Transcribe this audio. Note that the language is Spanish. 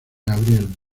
gabriel